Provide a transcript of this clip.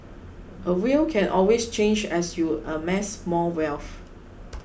a will can always change as you amass more wealth